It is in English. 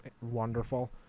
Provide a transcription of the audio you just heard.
Wonderful